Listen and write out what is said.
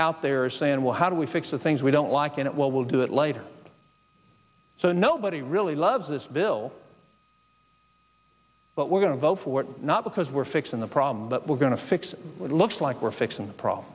out there saying well how do we fix the things we don't like it will do that later so nobody really loves this bill but we're going to vote for it not because we're fixing the problem but we're going to fix it looks like we're fixing the pro